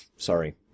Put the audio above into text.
sorry